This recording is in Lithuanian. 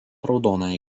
raudonąją